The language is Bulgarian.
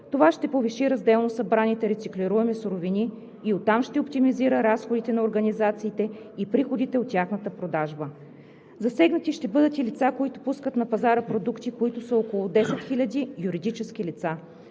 Това ще повиши разделно събраните рециклируеми суровини и от там ще оптимизира разходите на организациите и приходите от тяхната продажба. Засегнати ще бъдат и лица, които пускат на пазара продукти, които са около 10 000 юридически лица.